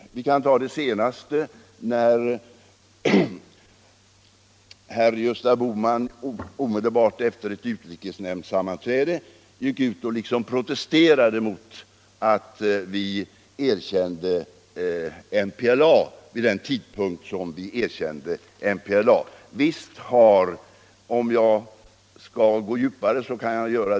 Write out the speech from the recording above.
Eller vi kan ta den sista händelsen, när herr Gösta Bohman omedelbart efter ett utrikesnämndssammanträde gick ut och liksom protesterade mot att vi erkände MPLA vid den tidpunkt som vi gjorde.